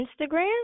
Instagram